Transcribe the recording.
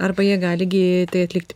arba jie gali gi tai atlikti